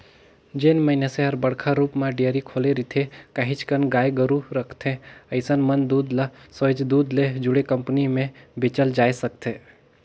जेन मइनसे हर बड़का रुप म डेयरी खोले रिथे, काहेच कन गाय गोरु रखथे अइसन मन दूद ल सोयझ दूद ले जुड़े कंपनी में बेचल जाय सकथे